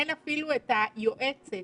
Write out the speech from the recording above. אין אפילו את היועצת